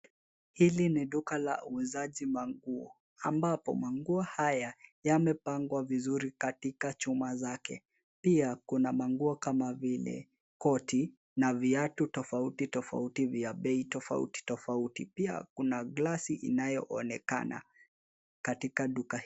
Hili ni duka la uuzaji manguo ambapo manguo haya yamepagwa vizuri katika chuma zake. Pia kuna manguo kama vile koti na viatu tofauti tofauti vya bei tofauti tofauti. Pia kuna glasi inayoonekana katika duka hili.